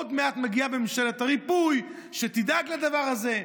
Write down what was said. עוד מעט מגיעה ממשלת הריפוי שתדאג לדבר הזה,